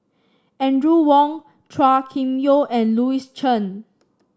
Audrey Wong Chua Kim Yeow and Louis Chen